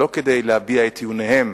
לא כדי להביע את טיעוניהם